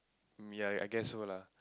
ya I guess so lah